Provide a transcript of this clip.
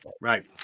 Right